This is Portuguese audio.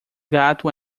gato